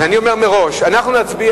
אני אומר מראש, אנחנו נצביע.